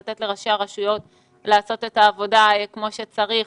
לתת לראשי הרשויות לעשות את העבודה כמו שצריך,